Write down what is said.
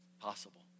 possible